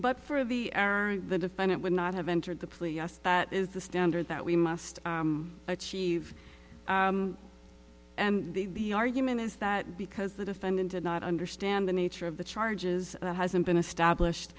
but for the air and then to find it would not have entered the plea yes that is the standard that we must achieve and they the argument is that because the defendant did not understand the nature of the charges that hasn't been established